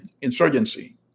insurgency